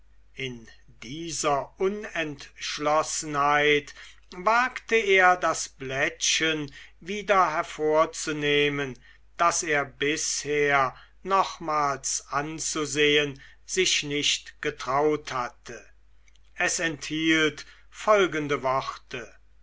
in dieser unentschlossenheit wagte er das blättchen wieder hervorzunehmen das er bisher nochmals anzusehen nicht getraut hatte es enthielt folgende worte